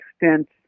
extent